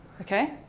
Okay